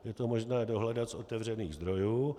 Je to možné dohledat z otevřených zdrojů.